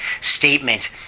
statement